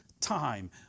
time